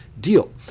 deal